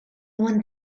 one